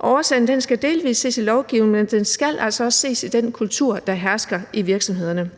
årsagen skal delvis ses i lovgivningen, men den skal altså også ses i den kultur, der hersker i virksomhederne.